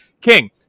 King